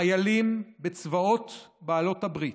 חיילים בצבאות בעלות הברית,